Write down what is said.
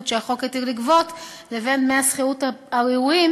שהחוק התיר לגבות לבין דמי השכירות הראויים,